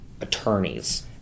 attorneys